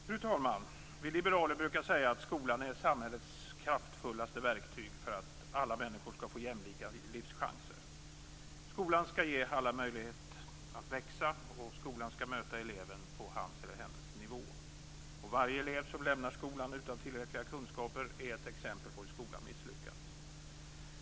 Fru talman! Vi liberaler brukar säga att skolan är samhällets kraftfullaste verktyg för att alla människor skall få jämlika livschanser. Skolan skall ge alla möjlighet att växa, och skolan skall möta eleven på hans eller hennes nivå. Varje elev som lämnar skolan utan tillräckliga kunskaper är ett exempel på hur skolan misslyckats.